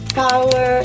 power